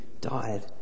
died